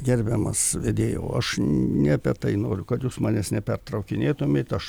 gerbiamas vedėjau aš ne apie tai noriu kad jūs manęs nepertraukinėtumėt aš